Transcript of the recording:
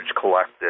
collected